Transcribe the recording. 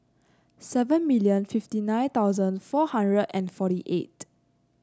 seven million fifty nine thousand four hundred and forty eight